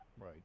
Right